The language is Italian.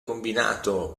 combinato